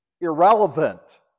irrelevant